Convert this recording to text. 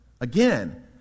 again